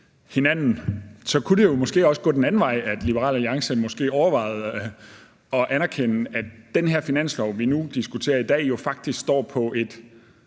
kunne det måske også gå den anden vej, så Liberal Alliance måske overvejede at anerkende, at den her finanslov, vi diskuterer i dag, jo faktisk står på et